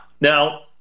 Now